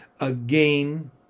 again